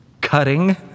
cutting